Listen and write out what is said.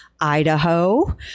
Idaho